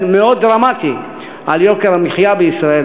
מאוד דרמטי על יוקר המחיה במדינת ישראל.